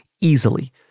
easily